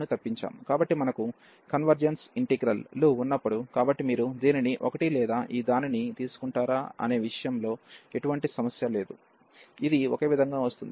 కాబట్టి మనకు convergence integral లు ఉన్నప్పుడు కాబట్టి మీరు దీనిని ఒకటి లేదా ఈ దానిని తీసుకుంటారా అనే విషయంలో ఎటువంటి సమస్య లేదు ఇది ఒకే విధంగా వస్తుంది